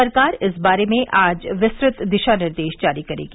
सरकार इस बारे में आज विस्तृत दिशा निर्देश जारी करेगी